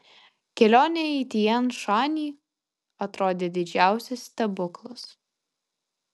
kelionė į tian šanį atrodė didžiausias stebuklas